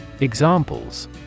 Examples